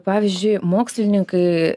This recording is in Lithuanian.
pavyzdžiui mokslininkai